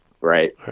right